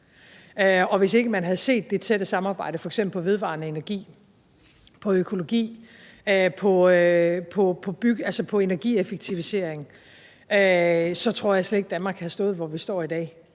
hvis ikke man havde set det tætte samarbejde, f.eks. på vedvarende energi, på økologi, på energieffektivisering, så tror jeg slet ikke, Danmark havde stået, hvor vi står i dag.